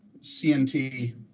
CNT